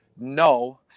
no